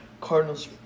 Cardinals